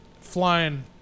flying